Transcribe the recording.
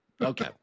Okay